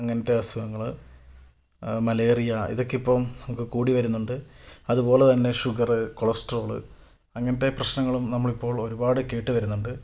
അങ്ങനത്തെ അസുഖങ്ങൾ മലേറിയ ഇതൊക്കെ ഇപ്പം നമുക്ക് കൂടി വരുന്നുണ്ട് അതുപോലെ തന്നെ ഷുഗറ് കൊളസ്ട്രോള് അങ്ങനത്തെ പ്രശ്നങ്ങളും നമ്മളിപ്പോൾ ഒരുപാട് കേട്ടു വരുന്നുണ്ട്